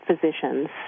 physicians